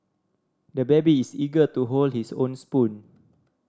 the baby is eager to hold his own spoon